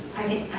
i think